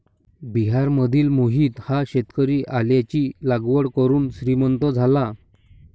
बिहारमधील मोहित हा शेतकरी आल्याची लागवड करून श्रीमंत झाला